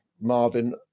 Marvin